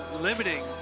limiting